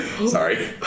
Sorry